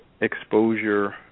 exposure